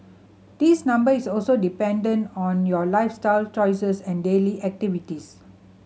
this number is also dependent on your lifestyle choices and daily activities